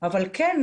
אבל כן,